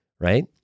right